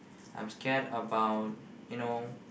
I'm scared about you know